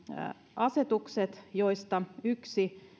asetukset joista yksi